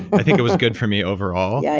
i think it was good for me overall. yeah